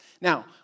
Now